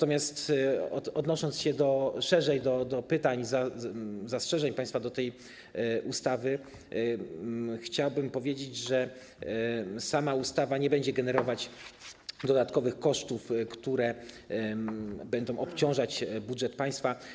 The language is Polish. Odnosząc się szerzej do pytań, zastrzeżeń państwa do tej ustawy, chciałbym powiedzieć, że sama ustawa nie będzie generować dodatkowych kosztów, które będą obciążać budżet państwa.